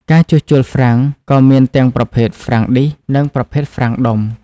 ការជួសជុលហ្វ្រាំងក៏មានទាំងប្រភេទហ្វ្រាំងឌីសនិងប្រភេទហ្វ្រាំងដុំ។